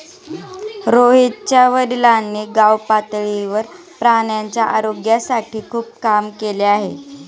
रोहितच्या वडिलांनी गावपातळीवर प्राण्यांच्या आरोग्यासाठी खूप काम केले आहे